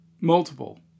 multiple